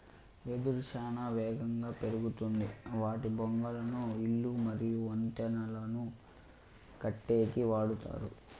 వెదురు చానా ఏగంగా పెరుగుతాది వాటి బొంగులను ఇల్లు మరియు వంతెనలను కట్టేకి వాడతారు